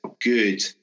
good